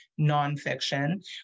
nonfiction